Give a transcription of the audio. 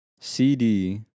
cd